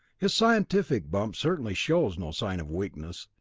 his scientific bump certainly shows no sign of weakness.